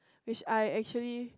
which I actually